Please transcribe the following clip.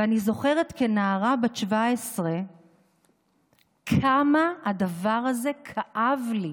ואני זוכרת כנערה בת 17 כמה הדבר הזה כאב לי,